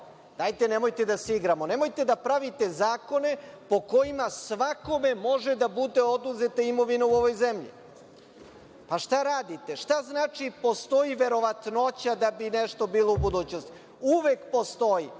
Dajte, nemojte da se igramo. Nemojte da pravite zakone po kojima svakome može da bude oduzeta imovina u ovoj zemlji. Pa, šta radite. Šta znači – postoji verovatnoća da bi nešto bilo u budućnosti. Uvek postoji.